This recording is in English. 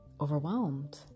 overwhelmed